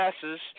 passes